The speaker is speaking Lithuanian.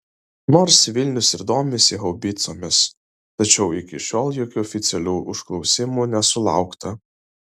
nors vilnius ir domisi haubicomis tačiau iki šiol jokių oficialių užklausimų nesulaukta